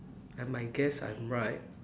I might guess I'm right